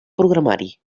programari